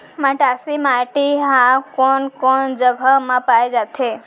मटासी माटी हा कोन कोन जगह मा पाये जाथे?